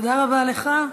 תודה רבה לך.